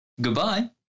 Goodbye